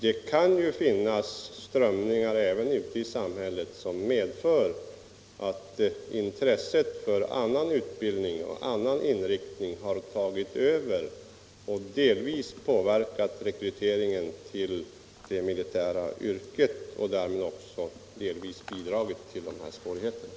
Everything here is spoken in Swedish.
Det kan ju finnas strömningar även i samhället som medför att intresset för annan utbildning och annan inriktning har tagit över och delvis påverkat rekryteringen till det militära yrket och därmed också delvis bidragit till de här svårigheterna.